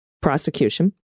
prosecution